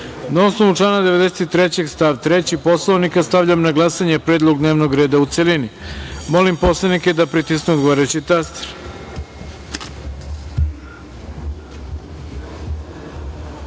na osnovu člana 93. stav 3. Poslovnika, stavljam na glasanje predlog dnevnog reda u celini. Molim poslanike da pritisnu odgovarajući